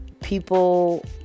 people